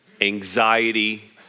anxiety